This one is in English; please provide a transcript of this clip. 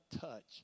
touch